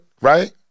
right